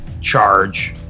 charge